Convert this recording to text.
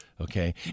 Okay